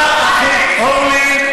הדבר הכי, אורלי,